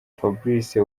fabrice